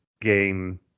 gain